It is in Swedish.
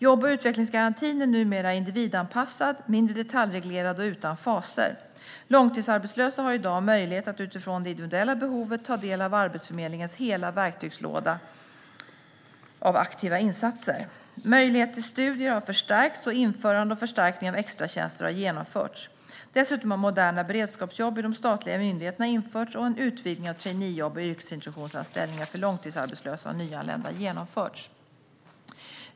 Jobb och utvecklingsgarantin är numera individanpassad, mindre detaljreglerad och utan faser. Långtidsarbetslösa har i dag möjlighet att utifrån det individuella behovet ta del av Arbetsförmedlingens hela verktygslåda av aktiva insatser. Möjligheten till studier har förstärkts, och införande och förstärkning av extratjänster har genomförts. Dessutom har moderna beredskapsjobb i de statliga myndigheterna införts och en utvidgning av traineejobb och yrkesintroduktionsanställningar för långtidsarbetslösa och nyanlända genomförts.